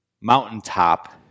mountaintop